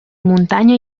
muntanya